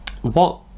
What-